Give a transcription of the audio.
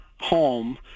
home